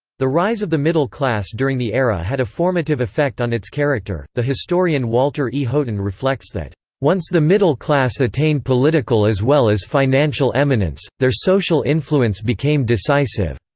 the rise of the middle class during the era had a formative effect on its character the historian walter e. houghton reflects that once the middle class attained political as well as financial eminence, their social influence became decisive.